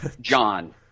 John